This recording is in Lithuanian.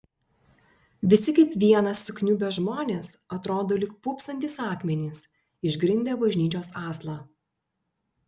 visi kaip vienas sukniubę žmonės atrodo lyg pūpsantys akmenys išgrindę bažnyčios aslą